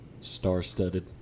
star-studded